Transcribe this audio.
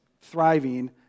thriving